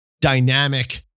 dynamic